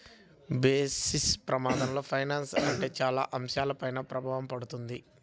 basis ప్రమాదంలో finance ఉంటే చాలా అంశాలపైన ప్రభావం పడతది